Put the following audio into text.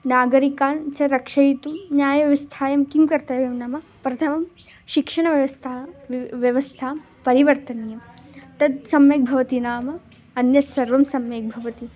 नागरिकान् च रक्षयितुं न्यायव्यवस्थायां किं कर्तव्यं नाम प्रथमं शिक्षणव्यवस्थां वि व्यवस्थां परिवर्तनीयं तद् सम्यक् भवति नाम अन्यत् सर्वं सम्यक् भवति